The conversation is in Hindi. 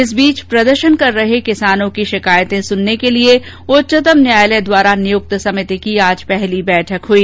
इस बीच प्रदर्शन कर रहे किसानों की शिकायतें सुनने के लिए उच्चतम न्यायालय द्वारा नियुक्त समिति की आज पहली बैठक हुई